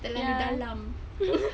ya